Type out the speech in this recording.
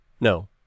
no